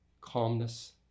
calmness